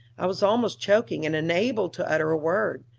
i was almost choking, and unable to utter a word.